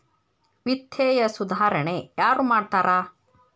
ವಿತ್ತೇಯ ಸುಧಾರಣೆ ಯಾರ್ ಮಾಡ್ತಾರಾ